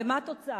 ומה התוצאה?